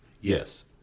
Yes